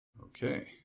Okay